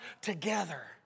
together